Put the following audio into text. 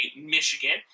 Michigan